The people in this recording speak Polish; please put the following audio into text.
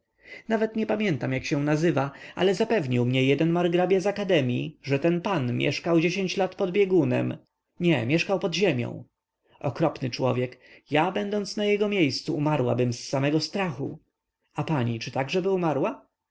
nawet nie pamiętam jak się nazywa ale zapewnił mnie jeden margrabia z akademii że ten pan mieszkał dziesięć lat pod biegunem nie mieszkał pod ziemią okropny człowiek ja będąc na jego miejscu umarłabym z samego strachu a pani czy takżeby umarła